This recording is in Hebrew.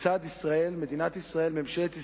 כיצד מדינת ישראל, ממשלת ישראל,